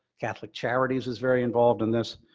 catholic charities is very involved in this.